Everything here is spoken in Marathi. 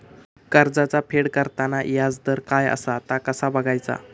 कर्जाचा फेड करताना याजदर काय असा ता कसा बगायचा?